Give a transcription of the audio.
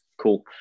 Cool